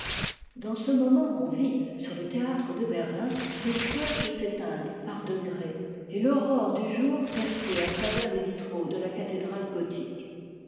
dans ce moment on vit sur le théâtre de berlin les cierges s'éteindre par degrés et l'aurore du jour percer à travers les vitraux de la cathédrale gothique